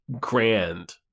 grand